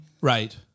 Right